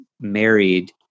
married